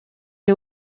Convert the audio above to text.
est